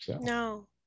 No